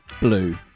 Blue